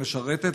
משרתת,